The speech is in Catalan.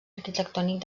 arquitectònic